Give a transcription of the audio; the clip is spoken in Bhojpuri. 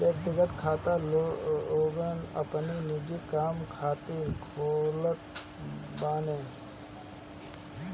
व्यक्तिगत खाता लोग अपनी निजी काम खातिर खोलत बाने